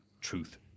Truth